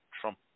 Trump